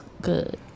good